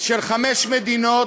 של חמש מדינות,